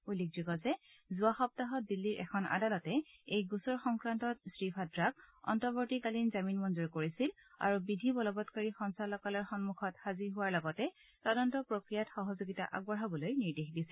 উল্লেখযোগ্য যে যোৱা সপ্তাহত দিল্লীৰ এখন আদালতে এই গোচৰ সংক্ৰান্তত শ্ৰী ভাদ্ৰাক অন্তৱৰ্তীকালীন জামিন মঞ্জুৰ কৰিছিল আৰু বিধিবলবৎকাৰী সঞ্চালকালয়ৰ সন্মুখত হাজিৰ হোৱাৰ লগতে তদস্ত প্ৰক্ৰিয়াত সহযোগিতা আগবঢ়াবলৈ নিৰ্দেশ দিছিল